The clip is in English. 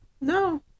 no